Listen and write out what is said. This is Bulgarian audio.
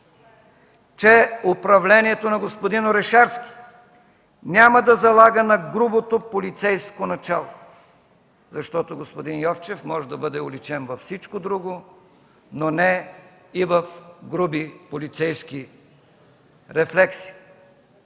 че управлението на господин Орешарски няма да залага на грубото полицейско начало, защото господин Йовчев може да бъде уличен във всичко друго, но не и в груби полицейски рефлекси.